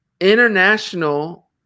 international